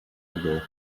ago